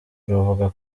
ruvuga